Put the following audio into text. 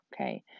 Okay